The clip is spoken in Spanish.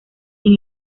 sin